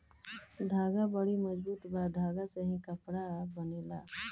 धागा बड़ी मजबूत बा धागा से ही कपड़ा बनेला